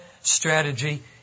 strategy